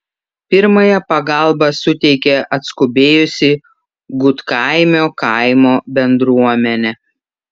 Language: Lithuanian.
pirmąją pagalbą suteikė atskubėjusi gudkaimio kaimo bendruomenė